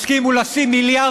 שאפשר לעשות את זה בפעימות, אדוני,